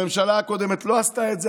הממשלה הקודמת לא עשתה את זה,